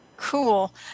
cool